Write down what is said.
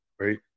right